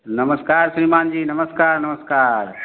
नमस्कार श्रीमान् जी नमस्कार नमस्कार